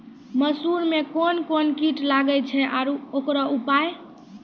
मसूर मे कोन कोन कीट लागेय छैय आरु उकरो उपाय?